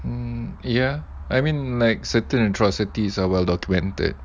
um ya I mean like certain atrocities are well documented